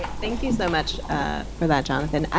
thank you so much for that, jonathan.